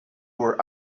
were